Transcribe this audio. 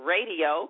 Radio